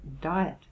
diet